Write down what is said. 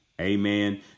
Amen